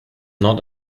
not